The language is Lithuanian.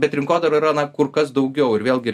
bet rinkodara yra na kur kas daugiau ir vėlgi